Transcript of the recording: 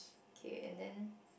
okay and then